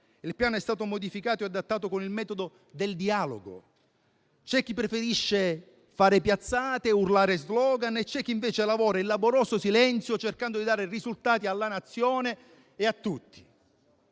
Il Piano è stato modificato e adattato con il metodo del dialogo. C'è chi preferisce fare piazzate, urlare *slogan* e c'è chi invece lavora in laborioso silenzio cercando di dare risultati alla Nazione e a tutti.